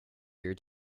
your